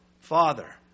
Father